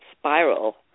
spiral